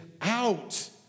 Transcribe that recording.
out